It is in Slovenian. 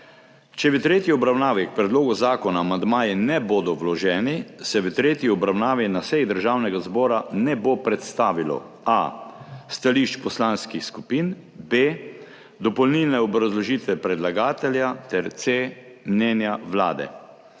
Če v tretji obravnavi k predlogu zakona amandmaji ne bodo vloženi, se v tretji obravnavi na seji Državnega zbora ne bo predstavilo, a., stališč poslanskih skupin, b., dopolnilne obrazložitve predlagatelja, ter c., mnenja Vlade.